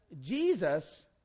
Jesus